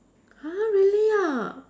!huh! really ah